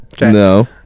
No